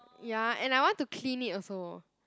ya and I want to clean it also